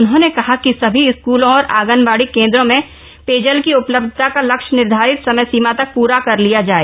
उन्होंने कहा कि सभी स्कूलों और आंगनबाड़ी केन्द्रों में पेयजल की उपलब्धता का लक्ष्य निर्धारित समयसीमा तक पूरा कर लिया जाए